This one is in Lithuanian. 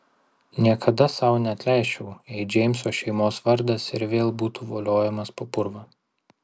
niekada sau neatleisčiau jei džeimso šeimos vardas ir vėl būtų voliojamas po purvą